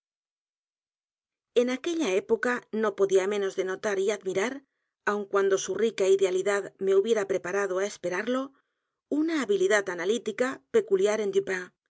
en aquella época no podía menos de notar y a d m i rar aun cuando su rica idealidad me hubiera p r e p a rado á esperarlo una habilidad analítica peculiar en dupin